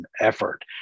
effort